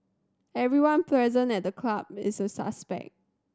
everyone present at the club is a suspect